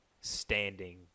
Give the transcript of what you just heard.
standing